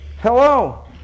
Hello